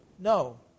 No